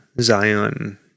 Zion